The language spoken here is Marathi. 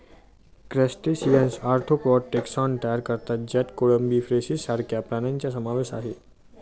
क्रस्टेशियन्स आर्थ्रोपॉड टॅक्सॉन तयार करतात ज्यात कोळंबी, क्रेफिश सारख्या प्राण्यांचा समावेश आहे